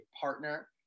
partner